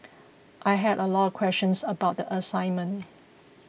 I had a lot of questions about the assignment